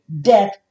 death